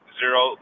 zero